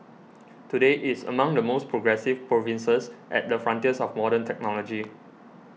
today it is among the most progressive provinces at the frontiers of modern technology